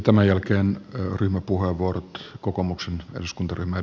tämän jälkeen ryhmäpuheenvuorot